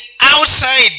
outside